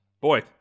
boy